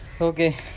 Okay